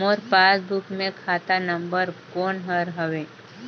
मोर passbook मे खाता number कोन हर हवे?